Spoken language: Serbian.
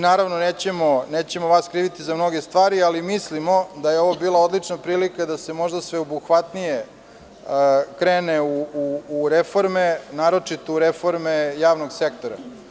Naravno, nećemo vas kriviti za mnoge stvari, ali mislimo da je ovo bila odlična prilika da se možda sveobuhvatnije krene u reforme, naročito u reforme javnog sektora.